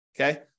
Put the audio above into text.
Okay